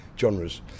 genres